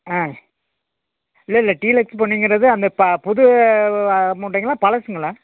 ஆ இல்லல்ல டீலக்ஸ்ஸு பொன்னிங்கிறது அந்த ப புது மூட்டைங்களா பழசுங்களா